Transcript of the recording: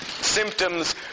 symptoms